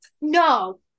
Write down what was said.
No